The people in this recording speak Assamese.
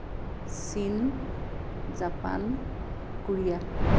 চীন জাপান কোৰিয়া